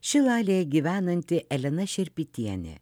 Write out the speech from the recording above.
šilalėje gyvenanti elena šerpytienė